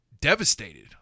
devastated